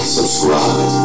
Subscribe